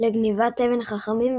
לגניבת אבן החכמים,